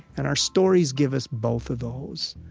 and our stories give us both of those.